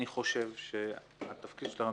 אני חושב שהתפקיד שלהם,